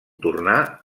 tornà